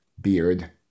beard